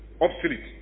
obsolete